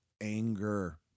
anger